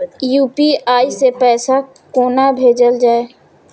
UPI सै पैसा कोना भैजल जाय?